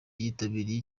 yitabiriye